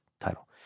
title